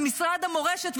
משרד המורשת,